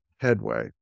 headway